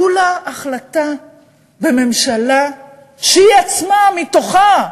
כולה החלטה בממשלה שהיא עצמה, מתוכה,